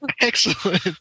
Excellent